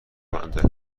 کننده